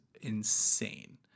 insane